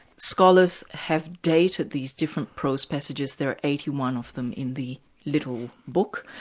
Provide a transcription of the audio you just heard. scholars have dated these different prose passages, there are eighty one of them in the little book.